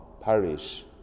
parish